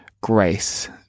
grace